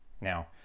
Now